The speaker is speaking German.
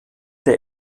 der